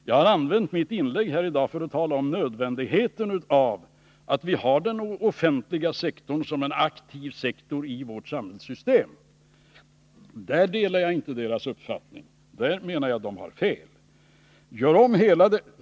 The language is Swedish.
Jag har däremot använt mitt inlägg här i dag till att tala om nödvändigheten av att vi har den offentliga sektorn som en aktiv partner i vårt samhällssystem. Där delar jag således inte deras uppfattning, utan jag menar att de har fel.